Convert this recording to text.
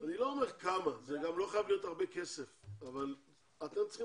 אני לא אומר כמה כסף וזה גם לא חייב להיות הרבה אבל אתם צריכים